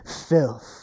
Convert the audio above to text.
filth